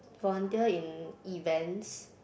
volunteer in events